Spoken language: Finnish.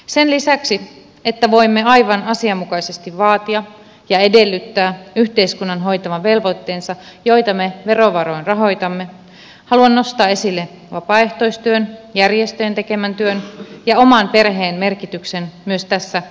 sen lisäksi että voimme aivan asianmukaisesti vaatia ja edellyttää yhteiskunnan hoitavan velvoitteensa joita me verovaroin rahoitamme haluan nostaa esille vapaaehtoistyön järjestöjen tekemän työn ja oman perheen merkityksen myös tässä käsiteltävässä kysymyksessä